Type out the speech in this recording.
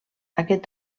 aquest